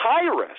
Tyrus